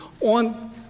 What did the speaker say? on